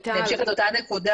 אני אמשיך את אותה נקודה.